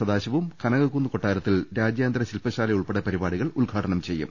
സദാശിവം കനകക്കുന്ന് കൊട്ടാര ത്തിൽ രാജ്യാന്തര ശിൽപശാല ഉൾപ്പെടെ പരിപാടികൾ ഉദ്ഘാടനം ചെയ്യും